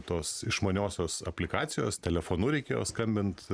tos išmaniosios aplikacijos telefonu reikėjo skambint